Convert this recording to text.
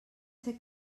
ser